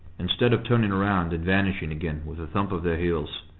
instead of turning round and vanishing again with a thump of their heels,